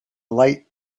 light